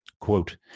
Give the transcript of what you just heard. Quote